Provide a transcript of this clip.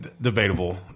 Debatable